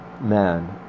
man